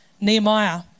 Nehemiah